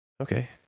okay